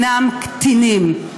הם קטינים.